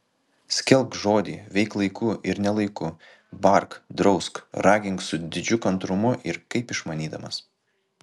skelbk žodį veik laiku ir ne laiku bark drausk ragink su didžiu kantrumu ir kaip išmanydamas